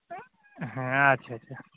ᱦᱮᱸ ᱟᱪᱪᱷᱟ ᱟᱪᱪᱷᱟ